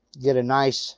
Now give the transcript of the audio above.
get a nice